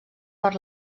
per